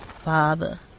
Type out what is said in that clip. father